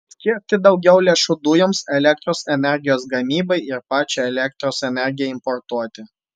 skirti daugiau lėšų dujoms elektros energijos gamybai ir pačiai elektros energijai importuoti